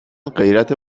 غیرت